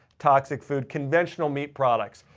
toxic food, conventional meat products.